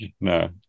No